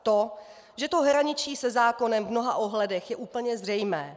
To, že to hraničí se zákonem v mnoha ohledech, je úplně zřejmé.